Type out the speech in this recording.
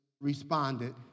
responded